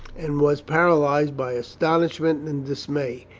and was paralyzed by astonishment and dismay,